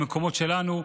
במקומות שלנו,